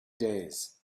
days